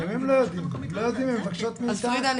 אז פרידה,